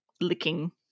licking